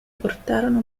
portarono